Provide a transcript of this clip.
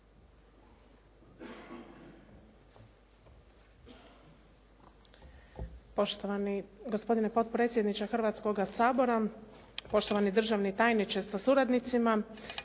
Poštovani gospodine potpredsjedniče Hrvatskoga sabora, poštovani državni tajniče sa suradnicima,